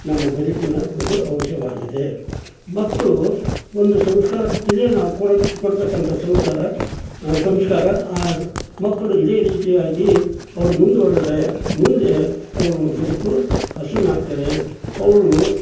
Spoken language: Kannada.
ನಮ್ಮ ಬದುಕಿನ ಒಂದು ಅಂಶವಾಗಿದೆ ಮಕ್ಕಳು ಒಂದು ಸಂಸ್ಕಾರ ಇದೇ ನಾವು ಕೊಡೋ ಕೊಡ್ತಕ್ಕಂಥ ಸಂಸಾರ ಸಂಸ್ಕಾರ ಆ ಮಕ್ಕಳು ಇದೇ ರೀತಿಯಾಗಿ ಅವರು ಮುಂದುವರೆದ್ರೆ ಮುಂದೆ ಅವರ ಬದುಕು ಹಸನಾಗ್ತದೆ ಅವರು